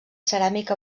ceràmic